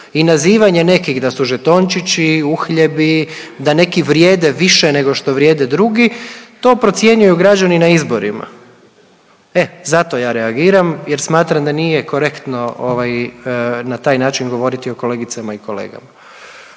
i nazivanje nekih da su žetončići, uhljebi, da neki vrijede više nego što vrijede drugi, to procjenjuju građani na izborima. E, zato ja reagiram jer smatram da nije korektno ovaj na taj način govoriti o kolegicama i kolegama.